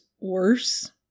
worse